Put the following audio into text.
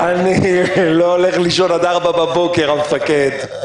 -- אני לא הולך לישון עד 04:00 בבוקר, המפקד.